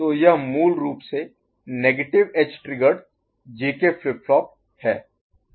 तो यह मूल रूप से negative edge triggered JK flip flop है